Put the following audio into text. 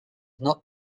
not